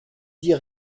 dit